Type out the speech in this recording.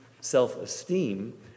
self-esteem